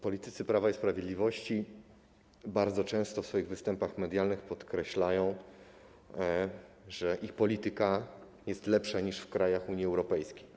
Politycy Prawa i Sprawiedliwości bardzo często w swoich występach medialnych podkreślają, że ich polityka jest lepsza niż w krajach Unii Europejskiej.